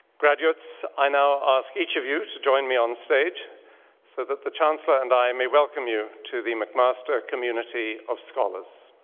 graduates, i now ask each of you to join me on stage so that the chancellor and i may welcome you to the mcmaster community of scholars.